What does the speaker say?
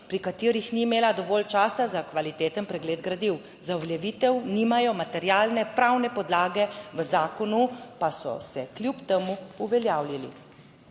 pri katerih ni imela dovolj časa za kvaliteten pregled gradiv, za uveljavitev nimajo materialne pravne podlage v zakonu, pa so se kljub temu uveljavljali.